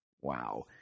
Wow